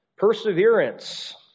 Perseverance